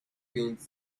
paint